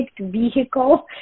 vehicle